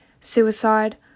suicide